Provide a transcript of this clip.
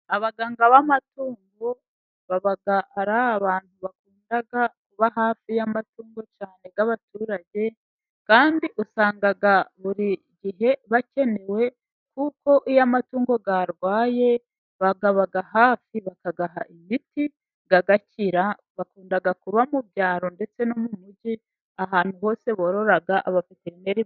Abaganga b'amatungo baba ari abantu bakunda kuba hafi y'amatungo cyane y'abaturage, kandi usanga buri gihe bakenewe, kuko iyo amatungo arwaye bayaba hafi bakayaha imiti agakira, bakunda kuba mu byaro ndetse no mu mujyi, ahantu hose borora abaveterineri....